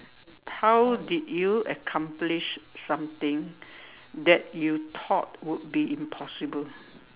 how did you accomplish something that you thought would be impossible